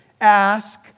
Ask